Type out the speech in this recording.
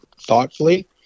thoughtfully